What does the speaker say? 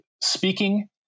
speaking